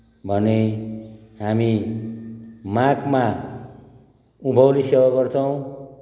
भने हामी माघमा उभौँली सेवा गर्छौँ